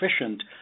efficient